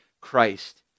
Christ